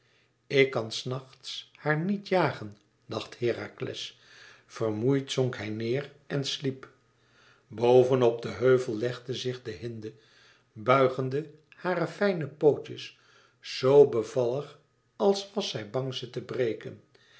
ik kan s nachts haar niet jagen dacht herakles vermoeid zonk hij neêr en sliep boven op den heuvel legde zich de hinde buigende hare fijne pootjes z bevallig als was zij bang ze te breken